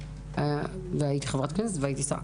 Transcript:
והייתי חברת כנסת ושרה.